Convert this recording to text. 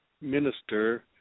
minister